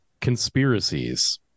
conspiracies